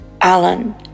Alan